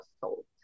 salt